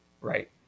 Right